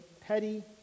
petty